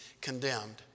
condemned